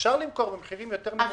אפשר למכור במחירים יותר נמוכים,